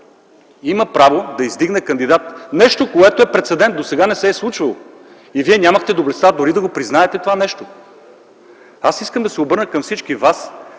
има право да издигне кандидат – нещо, което е прецедент, досега не се е случвало? Вие нямахте доблестта дори да признаете това нещо. Искам да се обърна към всички вас